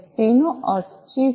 C નો અર્થ chirp છે